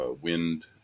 wind